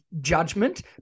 judgment